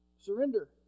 surrender